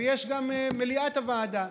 ויש גם את מליאת הוועדה,